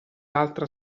altra